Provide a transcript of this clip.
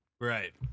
Right